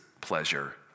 pleasure